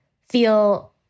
feel